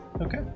okay